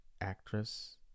actress